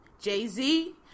Jay-Z